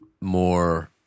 more